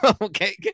Okay